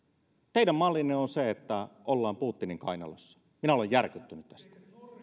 teidän mallinne on se että ollaan putinin kainalossa minä olen järkyttynyt tästä